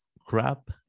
crap